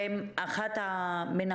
מה שמאפיין את כל העסק ביחד זה שאין שום